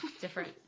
Different